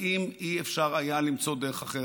האם אי-אפשר היה למצוא דרך אחרת?